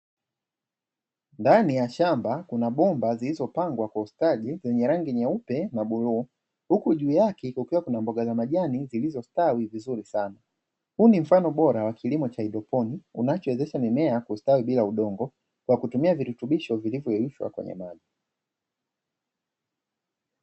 Ndani ya shamba kuna bomba zilizopangwa kwa ustudi kwenye rangi nyeupe na bluu. Huku juu yake kukiwa kuna mboga za majani zilizostawi vizuri sana huu ni mfano bora wa kilimo haidroponi unachowezesha mimea kustawi bila udongo kwa kutumia virutubisho vilivyowekwa kwenye maji.